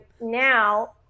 now